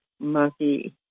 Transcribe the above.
monkey